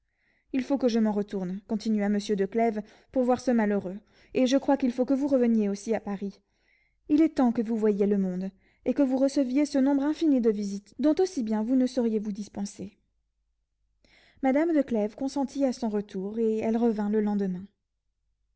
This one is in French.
il faut que je m'en retourne continua monsieur de clèves pour voir ce malheureux et je crois qu'il faut que vous reveniez aussi à paris il est temps que vous voyiez le monde et que vous receviez ce nombre infini de visites dont aussi bien vous ne sauriez vous dispenser madame de clèves consentit à son retour et elle revint le lendemain